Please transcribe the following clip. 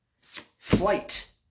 Flight